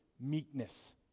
meekness